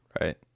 Right